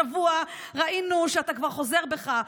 השבוע ראינו שאתה כבר חוזר בך.